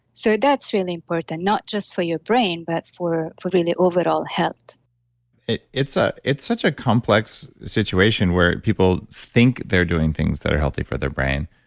so, that's really important, not just for your brain, but for for really overall health it's ah it's such a complex situation where people think they're doing things that are healthy for their brain,